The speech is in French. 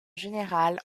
général